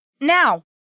Now